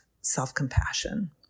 Self-Compassion